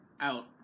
Out